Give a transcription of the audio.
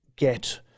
get